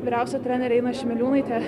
vyriausia trenerė ina šimeliūnaitė